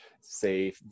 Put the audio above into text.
say